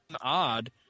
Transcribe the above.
odd